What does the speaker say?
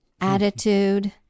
attitude